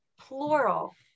plural